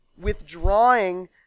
withdrawing